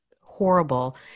horrible